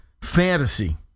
fantasy